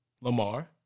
Lamar